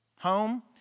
home